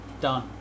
Done